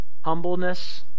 humbleness